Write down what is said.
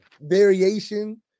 variation